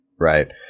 Right